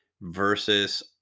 versus